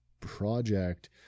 project